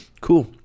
Cool